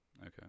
okay